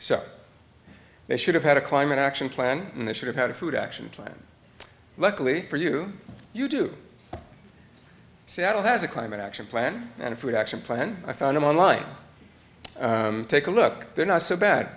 so they should have had a climate action plan and they should have had a food action plan luckily for you you do seattle has a climate action plan and food action plan i found them online take a look they're not so bad